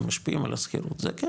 הם משפיעים על השכירות זה כן